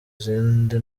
zindi